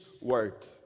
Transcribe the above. Word